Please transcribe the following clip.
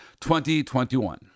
2021